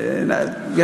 והדרת פני זקן.